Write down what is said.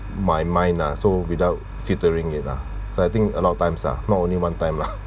my mind lah so without filtering it lah so I think a lot of times lah not only one time lah